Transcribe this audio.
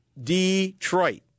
Detroit